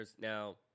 Now